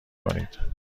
کنید